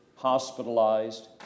hospitalized